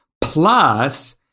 Plus